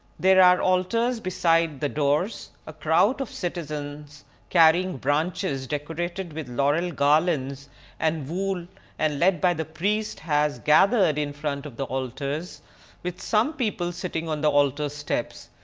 there are alters beside the doors. a crowd of citizens carrying branches decorated with floral garlands and wool and led by the priest has gathered in front of the alters with some people sitting on the alter steps.